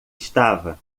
estava